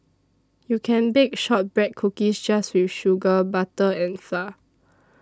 you can bake Shortbread Cookies just with sugar butter and flour